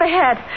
ahead